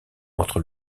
entre